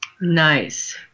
Nice